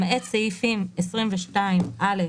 למעט סעיפים 22(א),